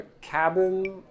cabin